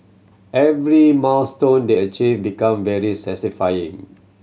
every milestone they achieve become very satisfying